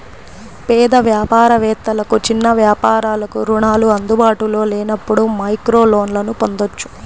పేద వ్యాపార వేత్తలకు, చిన్న వ్యాపారాలకు రుణాలు అందుబాటులో లేనప్పుడు మైక్రోలోన్లను పొందొచ్చు